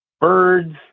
birds